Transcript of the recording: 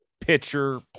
pitcher